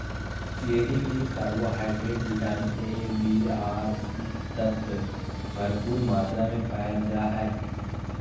cherry में carbohydrate, vitamin A, B आर C तत्व भरपूर मात्रा में पायल जा हइ